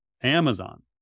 Amazon